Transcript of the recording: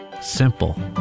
Simple